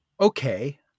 okay